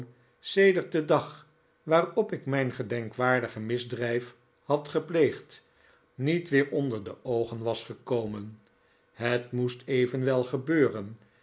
sedert den dag waarop ik mijn gedenkwaardige misdrijf had gepleegd niet weer onder de oogen was gekomen het moest evenwel gebeuren